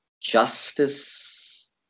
justice